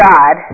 God